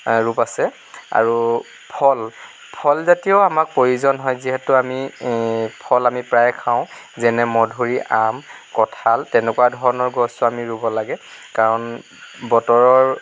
ৰূপ আছে আৰু ফল ফলজাতীয়ও আমাক প্ৰয়োজন হয় যিহেতু আমি ফল আমি প্ৰায়ে খাওঁ যেনে মধুৰীআম কঁঠাল তেনেকুৱা ধৰণৰ গছো আমি ৰুব লাগে কাৰণ বতৰৰ